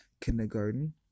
kindergarten